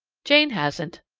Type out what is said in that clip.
jane hasn't.